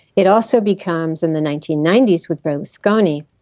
it also becomes in the nineteen nineties with berlusconi,